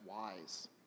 wise